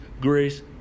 grace